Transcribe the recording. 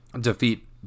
defeat